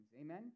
Amen